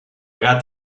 gat